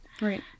right